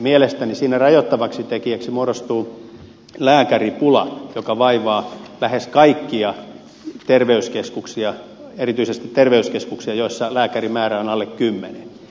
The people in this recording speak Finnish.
mielestäni siinä rajoittavaksi tekijäksi muodostuu lääkäripula joka vaivaa lähes kaikkia terveyskeskuksia erityisesti terveyskeskuksia joissa lääkärimäärä on alle kymmenen